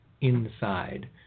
inside